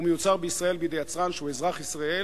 הוא מיוצר בישראל בידי יצרן שהוא אזרח ישראל